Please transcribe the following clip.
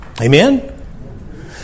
Amen